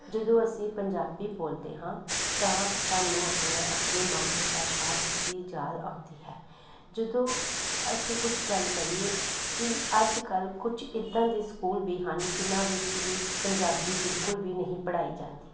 ਜਦੋਂ ਅਸੀਂ ਪੰਜਾਬੀ ਬੋਲਦੇ ਹਾਂ ਤਾਂ ਸਾਨੂੰ ਆਪਣਾ ਆਪਣੀ ਮਾਤਰ ਭਾਸ਼ਾ ਦੀ ਯਾਦ ਆਉਂਦੀ ਹੈ ਜਦੋਂ ਅਸੀਂ ਕੁਛ ਗੱਲ ਕਰੀਏ ਕਿ ਅੱਜ ਕੱਲ੍ਹ ਕੁਛ ਇੱਦਾਂ ਦੇ ਸਕੂਲ ਵੀ ਹਨ ਜਿੰਨ੍ਹਾਂ ਵਿੱਚ ਵੀ ਪੰਜਾਬੀ ਬਿਲਕੁਲ ਵੀ ਨਹੀਂ ਪੜ੍ਹਾਈ ਜਾਂਦੀ